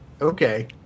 okay